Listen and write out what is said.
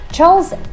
Charles